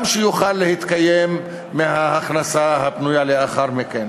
שיוכל להתקיים מההכנסה הפנויה לאחר מכן.